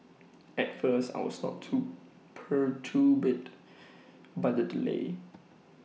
at first I was not too perturbed by the delay